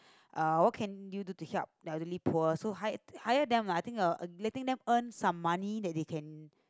uh what can you do to help the elderly poor so hi~ hire them lah I think uh letting them earn some money that they can